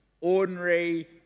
ordinary